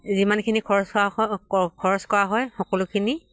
যিমানখিনি খৰচ হোৱা খৰচ কৰা হয় সকলোখিনি